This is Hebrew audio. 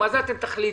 מה זה אתם תחליטו?